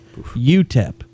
UTEP